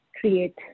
create